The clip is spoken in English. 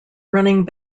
running